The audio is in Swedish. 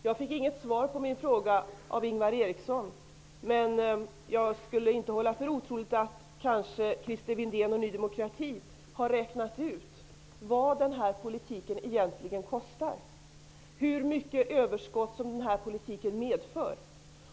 Jag fick inget svar på min fråga av Ingvar Eriksson, men jag håller inte för otroligt att kanske Christer Windén och Ny demokrati har räknat ut vad den här politiken egentligen kostar och hur mycket spannmålsöverskott som den här politiken medför.